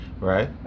Right